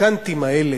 הפיקנטיים האלה,